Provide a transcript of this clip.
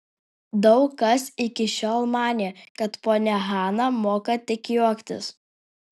daug kas iki šiol manė kad ponia hana moka tik juoktis